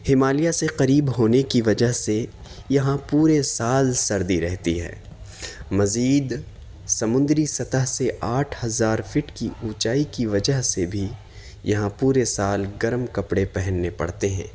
ہمالیہ سے قریب ہونے کی وجہ سے یہاں پورے سال سردی رہتی ہے مزید سمندری سطح سے آٹھ ہزار فٹ کی اونچائی کی وجہ سے بھی یہاں پورے سال گرم کپڑے پہننے پڑتے ہیں